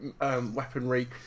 weaponry